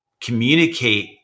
communicate